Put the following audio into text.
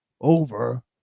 over